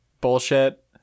bullshit